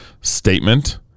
statement